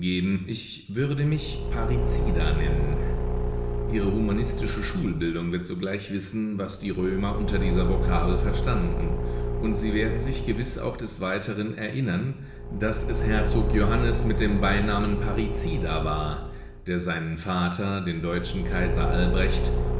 ich würde mich parricida nennen ihre humanistische schulbildung wird sogleich wissen was die römer unter dieser vokabel verstanden und sie werden sich gewiß auch des weiteren erinnern daß es herzog johannes mit dem beinamen parricida war der seinen vater den deutschen kaiser albrecht